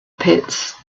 pits